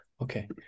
okay